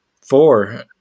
four